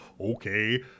okay